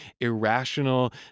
irrational